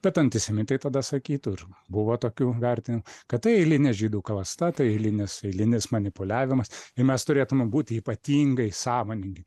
tad antisemitai tada sakytų ir buvo tokių vertin kad tai eilinė žydų klasta tai eilinis eilinis manipuliavimas ir mes turėtume būti ypatingai sąmoningi